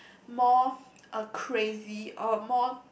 more a crazy or a more